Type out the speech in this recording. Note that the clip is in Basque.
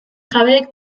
jabeek